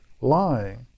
lying